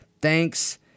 Thanks